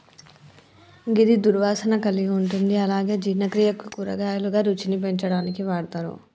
గిది దుర్వాసన కలిగి ఉంటుంది అలాగే జీర్ణక్రియకు, కూరగాయలుగా, రుచిని పెంచడానికి వాడతరు